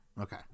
Okay